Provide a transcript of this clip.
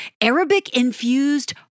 Arabic-infused